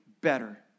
better